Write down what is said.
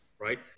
right